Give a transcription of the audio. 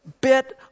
bit